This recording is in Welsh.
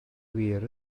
wir